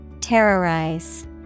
Terrorize